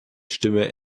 stimme